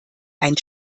ein